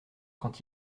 quand